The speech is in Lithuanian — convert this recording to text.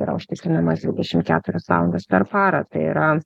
yra užtikrinamos dvidešimt keturias valandas per parą tai yra